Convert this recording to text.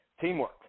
Teamwork